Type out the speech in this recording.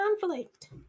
conflict